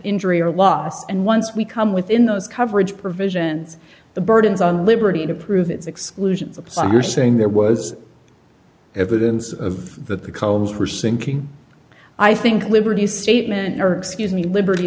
injury or loss and once we come within those coverage provision the burdens on liberty to prove its exclusions apply you're saying there was evidence of that the columns were sinking i think liberty statement or excuse me liberty